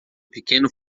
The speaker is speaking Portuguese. pequeno